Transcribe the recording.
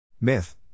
Myth